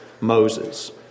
Moses